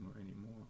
anymore